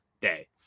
day